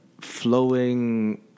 flowing